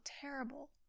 terrible